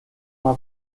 una